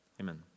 Amen